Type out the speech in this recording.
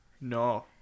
No